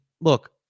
look